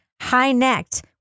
High-necked